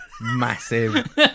Massive